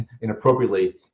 inappropriately